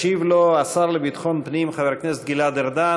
ישיב לו השר לביטחון פנים, חבר הכנסת גלעד ארדן.